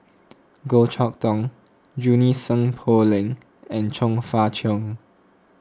Goh Chok Tong Junie Sng Poh Leng and Chong Fah Cheong